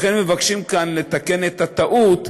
לכן מבקשים כאן לתקן את הטעות,